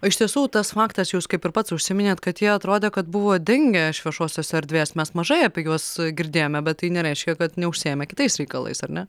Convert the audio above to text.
o iš tiesų tas faktas jūs kaip ir pats užsiminėt kad jie atrodė kad buvo dingę iš viešosios erdvės mes mažai apie juos girdėjome bet tai nereiškia kad neužsiėmė kitais reikalais ar ne